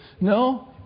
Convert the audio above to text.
No